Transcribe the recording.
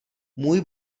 můj